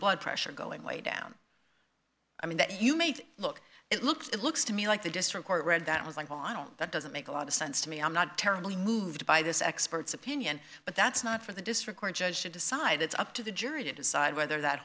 blood pressure going way down i mean that you made it look it looks it looks to me like the district court read that was like well i don't that doesn't make a lot of sense to me i'm not terribly moved by this expert's opinion but that's not for the district court judge to decide it's up to the jury to decide whether that